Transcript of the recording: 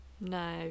No